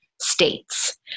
states